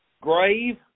grave